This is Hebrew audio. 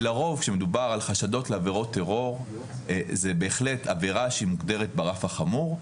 ולרוב כשמדובר על חשדות לעבירות טרור זו בהחלט עבירה שמוגדרת ברף החמור,